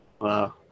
Wow